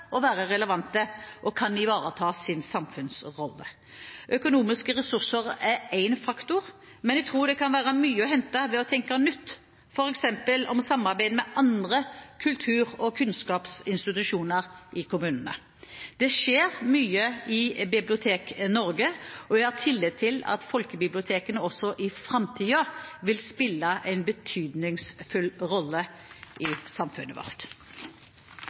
å være relevante og kan ivareta sin samfunnsrolle. Økonomiske ressurser er én faktor, men jeg tror det kan være mye å hente ved å tenke nytt, f.eks. om samarbeid med andre kultur- og kunnskapsinstitusjoner i kommunene. Det skjer mye i Bibliotek-Norge, og jeg har tillit til at folkebibliotekene også i framtiden vil spille en betydningsfull rolle i samfunnet vårt.